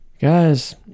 guys